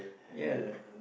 ya